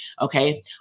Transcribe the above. Okay